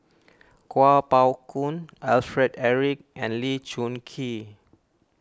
Kuo Pao Kun Alfred Eric and Lee Choon Kee